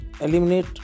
eliminate